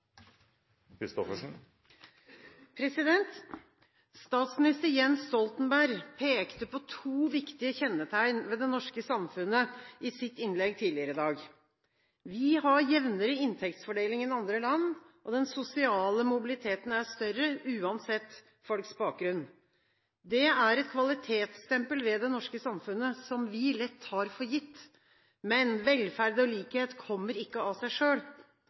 barnebarn. Statsminister Jens Stoltenberg pekte på to viktige kjennetegn ved det norske samfunnet i sitt innlegg tidligere i dag: Vi har jevnere inntektsfordeling enn andre land, og den sosiale mobiliteten er større, uansett folks bakgrunn. Det er et kvalitetsstempel ved det norske samfunnet som vi lett tar for gitt, men velferd og likhet kommer ikke av seg